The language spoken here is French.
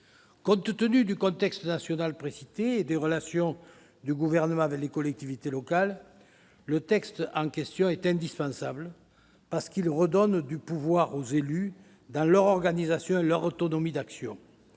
Compte tenu du contexte national et des relations du Gouvernement avec les collectivités locales, le texte en question est indispensable en ce qu'il redonne du pouvoir aux élus en termes d'organisation et d'autonomie d'action.